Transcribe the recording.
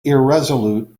irresolute